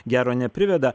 gero nepriveda